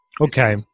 Okay